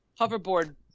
hoverboard